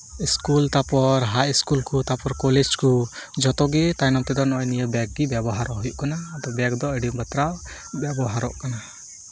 school ᱛᱟᱨᱯᱚᱨ ᱦᱟᱭ school ᱠᱚ ᱛᱟᱨᱯᱚᱨᱮ ᱠᱚᱞᱮᱡᱽ ᱠᱚ ᱡᱚᱛᱚ ᱜᱮ ᱛᱟᱭᱱᱚᱢ ᱛᱮᱫᱚ ᱱᱤᱭᱟᱹ ᱵᱮᱜᱽ ᱜᱮ ᱵᱮᱵᱚᱦᱟᱨ ᱦᱩᱭᱩᱜ ᱠᱟᱱᱟ ᱟᱫᱚ ᱵᱮᱜᱽ ᱫᱚ ᱟᱹᱰᱤ ᱵᱟᱛᱨᱟᱣ ᱵᱮᱵᱚᱦᱟᱨᱚᱜ ᱠᱟᱱᱟ